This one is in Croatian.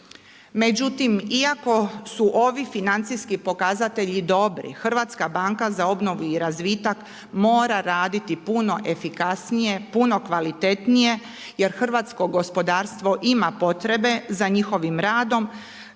Međutim, iako su ovi financijski pokazatelji dobri, Hrvatska banka za obnovu i razvitak mora raditi puno efikasnije, puno kvalitetnije, jer hrvatsko gospodarstvo ima potrebe za njihovim radom.